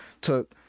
took